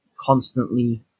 Constantly